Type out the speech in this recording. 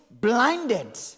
blinded